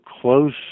close